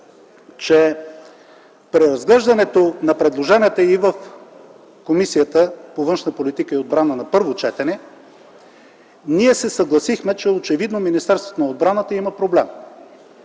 че при разглеждането на предложенията в Комисията по външна политика и отбрана на първо четене ние се съгласихме, че очевидно Министерството на отбраната има проблем